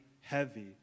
heavy